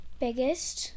biggest